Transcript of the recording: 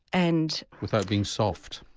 and without being soft.